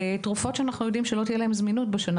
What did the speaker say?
או למשל תרופות שאנחנו יודעים שלא תהיה להן זמינות בשנה